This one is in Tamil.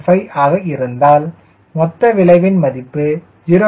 15 ஆக இருந்தால் மொத்த விளைவின் மதிப்பு 0